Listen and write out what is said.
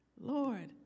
Lord